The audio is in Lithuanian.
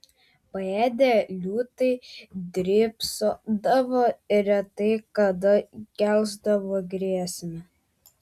paėdę liūtai drybsodavo ir retai kada keldavo grėsmę